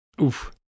Oof